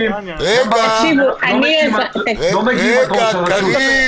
לא מגיעים עד ראש הרשות.